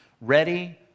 Ready